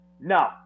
No